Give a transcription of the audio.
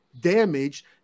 Damaged